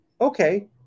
okay